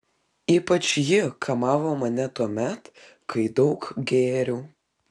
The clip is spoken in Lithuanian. ypač ji kamavo mane tuomet kai daug gėriau